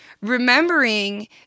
remembering